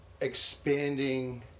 expanding